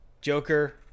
Joker